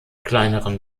kleineren